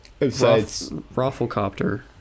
Rafflecopter